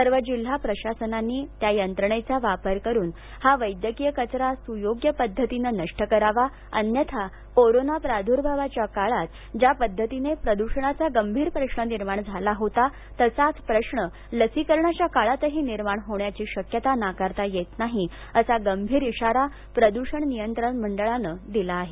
सर्व जिल्हा प्रशासनांनी त्या यंत्रणेचा वापर करुन हा वैद्यकीय कचरा सुयोग्य पद्धतीनं नष्ट करावा अन्यथा कोरोना प्रार्दुर्भावाच्या काळात ज्यापद्धतीने प्रदूषणाचा गंभीर प्रश्न निर्माण झाला होता तसाच प्रश्न लसीकरणाच्या काळातही निर्माण होण्याची शक्यता नाकारता येत नाही असा गंभीर इशारा प्रदूषण नियंत्रण मंडळानं दिला आहे